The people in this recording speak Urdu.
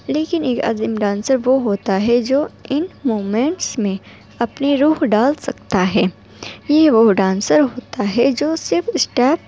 لیکن ایک عظیم ڈانسر وہ ہوتا ہے جو ان موومنٹس میں اپنی روح ڈال سکتا ہے یہ وہ ڈانسر ہوتا ہے جو صرف اسٹیپس